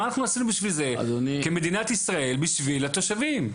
מה אנחנו עשינו כמדינת ישראל בשביל התושבים,